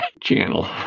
channel